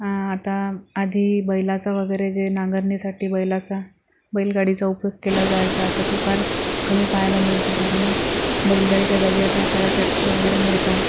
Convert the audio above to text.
आता आधी बैलाचा वगैरे जे नांगरणीसाठी बैलाचा बैलगाडीचा उपयोग केला जायचा आता तो फार कमी पाहायला मिळतो कारण बैलगाडीच्या जागी आता आपल्याला आता ट्रॅक्टर वगैरे मिळतात